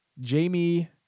Jamie